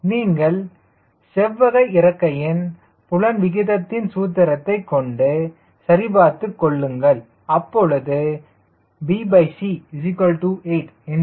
நீங்கள் செவ்வக இறக்கையின் புலன் விகிதத்தின் சூத்திரத்தை கொண்டு சரிபார்த்துக்கொள்ளுங்கள் அப்பொழுது bc8 என்று வரும் 𝑐 b89C 1